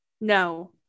No